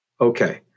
okay